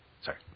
Sorry